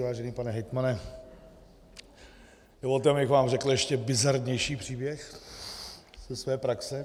Vážený pane hejtmane, dovolte, abych vám řekl ještě bizarnější příběh ze své praxe.